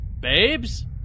Babes